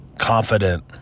confident